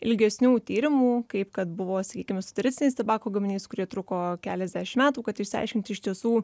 ilgesnių tyrimų kaip kad buvo sakykim su tradiciniais tabako gaminiais kurie truko keliasdešim metų kad išsiaiškinti iš tiesų